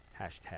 hashtag